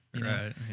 right